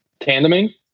tandeming